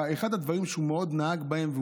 אחד הדברים שהוא מאוד נהג בהם,